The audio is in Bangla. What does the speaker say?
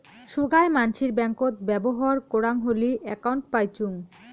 সোগায় মানসির ব্যাঙ্কত ব্যবহর করাং হলি একউন্ট পাইচুঙ